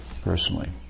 personally